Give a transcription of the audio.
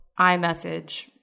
iMessage